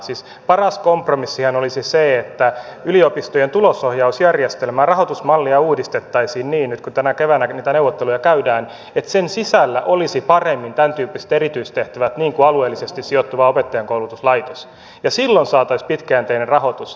siis paras kompromissihan olisi se että yliopistojen tulosohjausjärjestelmää rahoitusmallia uudistettaisiin niin nyt kun tänä keväänä niitä neuvotteluja käydään että sen sisällä olisi paremmin tämäntyyppiset erityistehtävät niin kuin alueellisesti sijoittuva opettajankoulutuslaitos ja silloin saataisiin pitkäjänteinen rahoitus